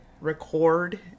record